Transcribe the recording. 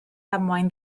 damwain